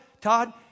Todd